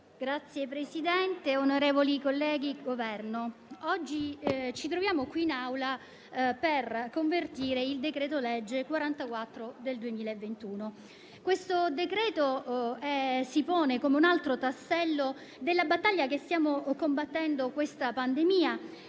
Signor Presidente, onorevoli colleghi, Governo, ci troviamo oggi qui in Aula per convertire il decreto-legge n. 44 del 2021. Questo decreto si pone come un altro tassello della battaglia che stiamo combattendo contro la pandemia,